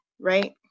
right